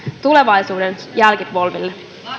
tulevaisuuden jälkipolville